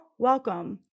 welcome